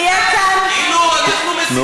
תהיה כאן, כאילו אנחנו מסיתים.